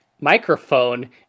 microphone